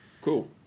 Cool